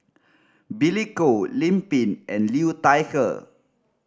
Billy Koh Lim Pin and Liu Thai Ker